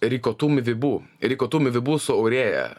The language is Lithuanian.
rikotumivibu rikotumivibu su aurėja